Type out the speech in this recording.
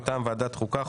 מטעם ועדת החוקה,